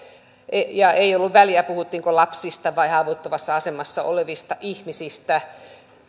ja ei ollut väliä puhuttiinko lapsista vai haavoittuvassa asemassa olevista ihmisistä